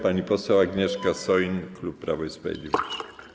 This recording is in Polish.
Pani poseł Agnieszka Soin, klub Prawo i Sprawiedliwość.